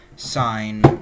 sign